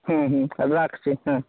হুম হুম রাখছি হ্যাঁ